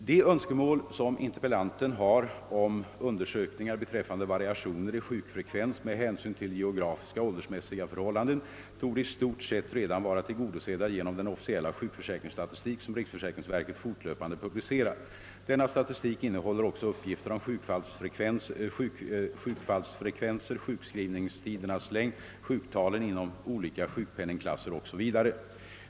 De önskemål som interpellanten har om undersökningar beträffande variationer i sjukfrekvens med hänsyn till geografiska och åldersmässiga förhållanden torde i stort sett redan vara tillgodosedda genom den officiella sjukförsäkringsstatistik som = riksförsäkringsverket = fortlöpande publicerar. Denna statistik innehåller också uppgifter om sjukfallsfrekvenser, sjukskrivningstidernas längd, sjuktalen inom olika sjukpenningsklasser o.s.v.